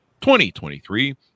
2023